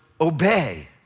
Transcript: obey